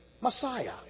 Messiah